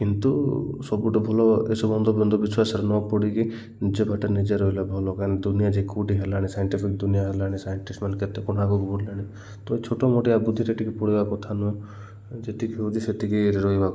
କିନ୍ତୁ ସବୁଠେ ଭଲ ଏସବୁ ଅନ୍ଧ ଫନ୍ଧ ବିଶ୍ୱାସରେ ନ ପଡ଼ିକି ନିଜ ବାଟରେ ନିଜେ ରହିଲେ ଭଲ କାଁକି ଦୁନିଆ ଯେ କୋଉଠି ହେଲାଣି ସାଇଣ୍ଟିଫିକ୍ ଦୁନିଆ ହେଲାଣି ସାଇଣ୍ଟିଷ୍ଟମାନେ କେତେ କଣ ଆଗକୁ ବଢ଼ିଲାଣି ତ ଏଇ ଛୋଟମୋଟିଆ ବୁଦ୍ଧିରେ ଟିକେ ପଡ଼ିବା କଥା ନୁହଁ ଯେତିକି ହଉଛି ସେତିକି ରହିବା କଥା